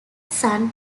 son